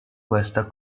questa